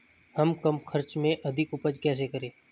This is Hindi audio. हम कम खर्च में अधिक उपज कैसे करें?